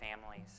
families